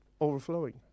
overflowing